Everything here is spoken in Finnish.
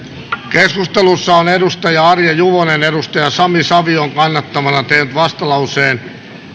keskustelussa on arja juvonen sami savion kannattamana tehnyt vastalauseen